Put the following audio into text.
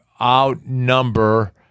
outnumber